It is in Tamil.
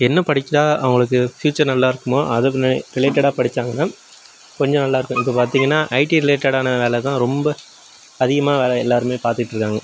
என்ன படிக்கலாம் அவங்களுக்கு ஃப்யூச்சர் நல்லாயிருக்குமோ அதுக்குனு ரிலேட்டடாக படித்தாங்கன்னா கொஞ்சம் நல்லாயிருக்கும் இப்போ பார்த்தீங்கன்னா ஐடி ரிலேட்டடான வேலை தான் ரொம்ப அதிகமாக வேலை எல்லாரும் பார்த்துட்ருக்காங்க